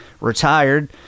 retired